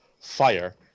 fire